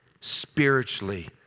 Spiritually